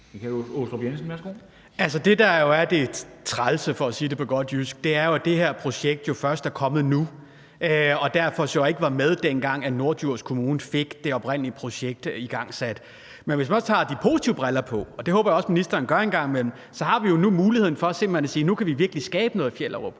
Jensen (V): Altså, det, der jo er træls – for at sige det på godt jysk – er, at det her projekt jo først er kommet nu og derfor ikke var med, dengang Norddjurs Kommune fik det oprindelige projekt igangsat. Men hvis man også tager de positive briller på – og det håber jeg også ministeren gør en gang imellem – har vi jo nu muligheden for simpelt hen at sige: Nu kan vi virkelig skabe noget i Fjellerup.